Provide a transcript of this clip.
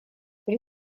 при